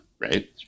right